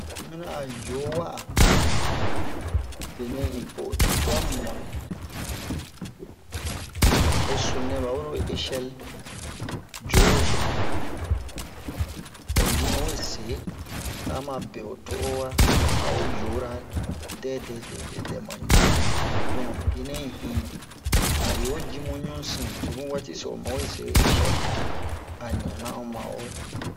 oyi miniyan a o jo ho waa benɛ hin po o tuwi cuwa mumɔnnu ho sunu-nɛ ɓa wero eshɛl joro sunu ho din o wee se ama be ho to'o waa a o jora dɛdɛ dɛdɛ ma ɲu'in donk benɛ hin a yo ji mu ɲun-sin to mu waati so o ma wee se eshɛl a ɲanna o ma'o